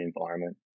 environment